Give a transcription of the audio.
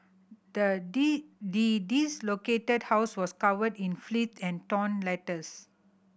the house was covered in and torn letters